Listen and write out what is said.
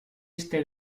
este